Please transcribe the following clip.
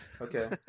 okay